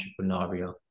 entrepreneurial